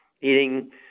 eating